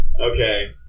Okay